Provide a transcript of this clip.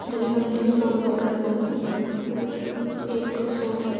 धंय हंडी फोडपाक लागून वयर एक असो ग्रु